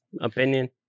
opinion